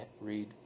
read